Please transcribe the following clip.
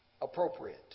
Appropriate